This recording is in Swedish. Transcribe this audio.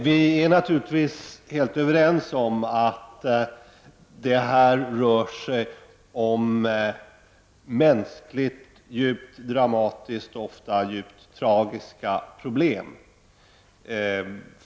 Vi är naturligtvis helt överens om att det rör sig om mänskligt sett djupt dramatiska och ofta djupt tragiska problem.